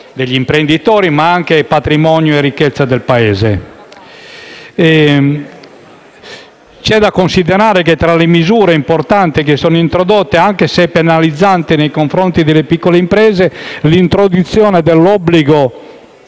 degli imprenditori, ma anche patrimonio e ricchezza del Paese. C'è da considerare tra le misure importanti previste, anche se penalizzante nei confronti delle piccole imprese, l'introduzione dell'obbligo